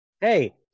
Hey